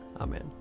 Amen